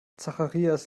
zacharias